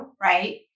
right